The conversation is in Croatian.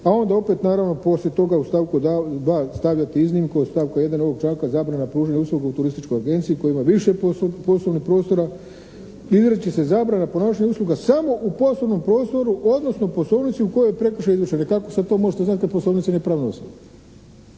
a onda opet naravno poslije toga u stavku 2. stavljati iznimku od stavka 1. ovog članka zabrana pružanja usluga u turističkoj agenciji koja ima više poslovnih prostora izriče se zabrana pružanja usluga samo u poslovnom prostoru odnosno poslovnici u kojoj je prekršaj izvršen. I kako to sad to možete znat kad poslovnica nije pravna